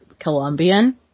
Colombian